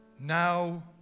Now